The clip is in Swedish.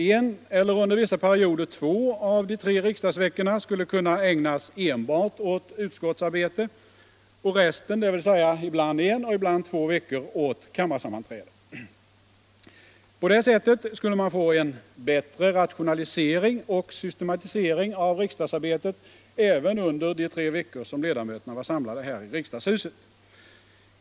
En — eller under vissa perioder två — av de tre riksdagsveckorna skulle kunna ägnas åt enbart utskottsarbete, och resten, dvs. ibland en och ibland två veckor, åt kammarsammanträden. Det skulle innebära en bättre rationalisering och systematisering av riksdagsarbetet även under de tre veckor som ledamöterna var samlade här i riksdagshuset.